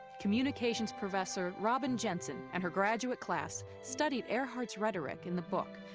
communications professor robin jensen and her graduate class studied earhart's rhetoric in the book,